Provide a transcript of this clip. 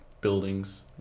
buildings